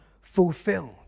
fulfilled